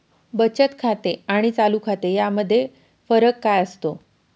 बचत खाते आणि चालू खाते यामध्ये फरक काय असतो?